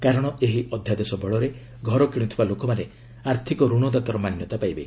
କାରଣ ଏହି ଅଧ୍ୟାଦେଶ ବଳରେ ଘର କିଣୁଥିବା ଲୋକମାନେ ଆର୍ଥିକ ଋଣଦାତାର ମାନ୍ୟତା ପାଇବେ